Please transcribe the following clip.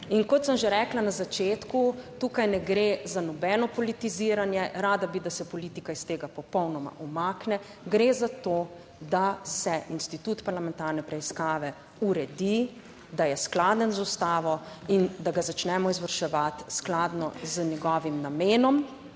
In kot sem že rekla na začetku, tukaj ne gre za nobeno politiziranje, rada bi, da se politika iz tega popolnoma umakne. Gre za to, da se institut parlamentarne preiskave uredi, da je skladen z ustavo in da ga začnemo izvrševati skladno z njegovim namenom,